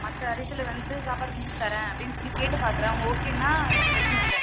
மற்ற அரிசியில வந்து சாப்பாடு செஞ்சி தரேன் அப்படின்னு சொல்லி கேட்டு பார்க்குறேன் அவங்க ஓகேன்னா எனக்கு பிரச்சனை இல்லை